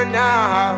now